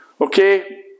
Okay